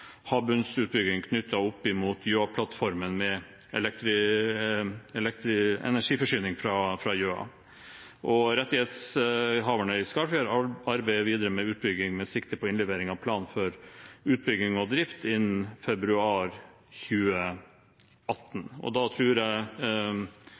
opp mot Gjøa-plattformen med energiforsyning fra Gjøa. Rettighetshaverne til Skarfjell arbeider videre med utbygging med sikte på innlevering av plan for utbygging og drift innen februar